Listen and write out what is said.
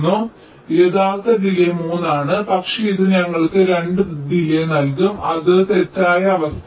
അതിനാൽ യഥാർത്ഥ ഡിലേയ് 3 ആണ് പക്ഷേ ഇത് ഞങ്ങൾക്ക് 2 ഡിലേയ് നൽകും അത് തെറ്റായ അവസ്ഥയാണ്